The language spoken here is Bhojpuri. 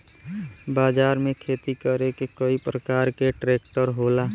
बाजार में खेती करे के कई परकार के ट्रेक्टर होला